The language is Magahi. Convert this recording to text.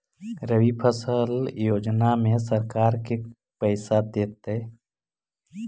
रबि फसल योजना में सरकार के पैसा देतै?